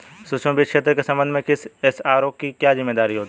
सूक्ष्म वित्त क्षेत्र के संबंध में किसी एस.आर.ओ की क्या जिम्मेदारी होती है?